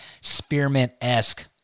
spearmint-esque